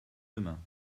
demain